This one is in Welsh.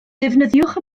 defnyddiwch